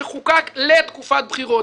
שחוקק לתקופת בחירות,